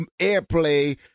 airplay